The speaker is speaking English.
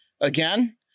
again